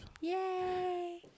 Yay